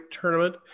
tournament